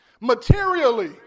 materially